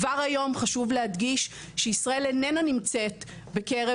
כבר היום חשוב להדגיש שישראל איננה נמצאת בקרב